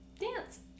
Dance